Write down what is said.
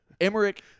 Emmerich